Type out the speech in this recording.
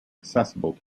accessible